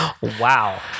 Wow